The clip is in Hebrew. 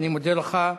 אני מודה לך.